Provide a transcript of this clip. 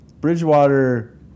Bridgewater